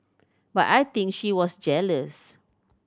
but I think she was jealous